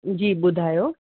जी ॿुधायो